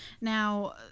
Now